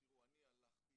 תראו, אני הלכתי